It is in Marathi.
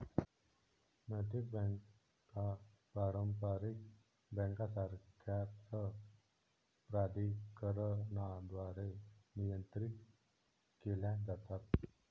नैतिक बँका पारंपारिक बँकांसारख्याच प्राधिकरणांद्वारे नियंत्रित केल्या जातात